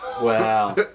Wow